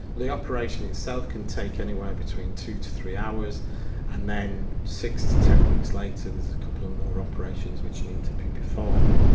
the operation itself can take anywhere between two to three hours and then six to ten weeks later there's a couple um more operations which need to be performed.